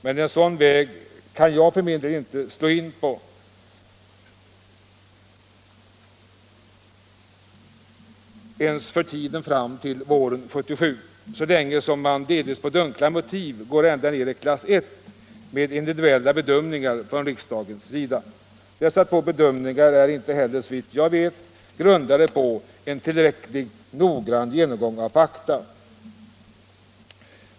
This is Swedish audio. Men en sådan väg kan jag för min del inte slå in på — ens för tiden fram till våren 1977 — så länge man, med delvis dunkla motiv, går ända ner i klass 1 med individuella bedömningar från riksdagens sida. Dessa två bedömningar är inte heller, såvitt jag vet, grundade på en tillräckligt noggrann genomgång av fakta.